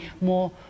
more